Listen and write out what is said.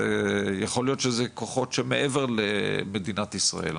זה כמעט עוד 10% פחות נצילות ויותר פחם, זה חבל.